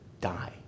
die